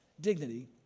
dignity